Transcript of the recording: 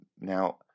Now